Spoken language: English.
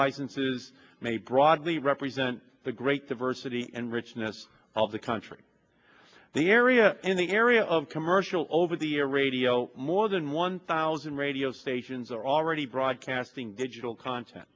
licenses may broadly represent the great diversity and richness of the country the area in the area of commercial over the air radio more than one thousand radio stations are already broadcasting digital content